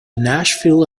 nashville